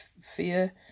fear